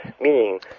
meaning